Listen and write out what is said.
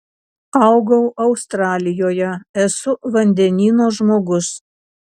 augau australijoje esu vandenyno žmogus